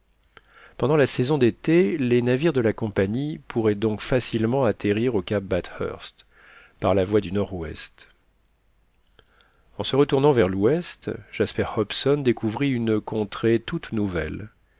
pendant la saison d'été les navires de la compagnie pourraient donc facilement atterrir au cap bathurst par la voie du nordouest en se retournant vers l'ouest jasper hobson découvrit une contrée toute nouvelle